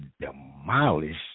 demolish